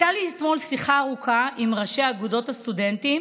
הייתה לי אתמול שיחה ארוכה עם ראשי אגודות הסטודנטים